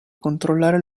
controllare